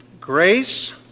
grace